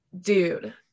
dude